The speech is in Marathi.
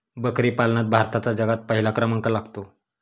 बकरी पालनात भारताचा जगात पहिला क्रमांक लागतो